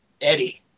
Eddie